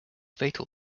fatal